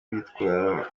bitwara